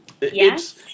yes